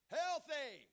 healthy